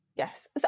Yes